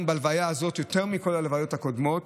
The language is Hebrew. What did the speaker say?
בהלוויה הזאת, יותר מכל ההלוויות הקודמות,